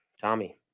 Tommy